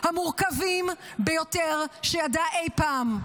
המורכבים ביותר שידעה אי פעם,